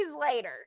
later